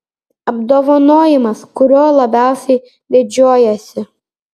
apdovanojimas kuriuo labiausiai didžiuojiesi